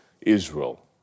Israel